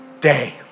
day